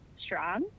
strong